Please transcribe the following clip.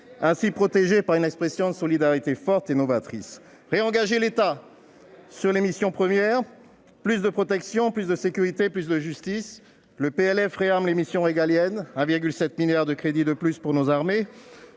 ainsi protégés par une expression de solidarité forte et novatrice. Ce PLF permet de réengager l'État sur ses missions premières- plus de protection, plus de sécurité, plus de justice -, de réarmer les missions régaliennes, avec 1,7 milliard d'euros de crédits de plus pour nos armées,